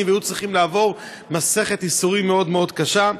והיו צריכים לעבור מסכת ייסורים מאוד מאוד קשה,